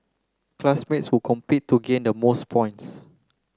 classmates would compete to gain the most points